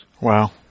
Wow